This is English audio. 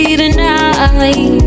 tonight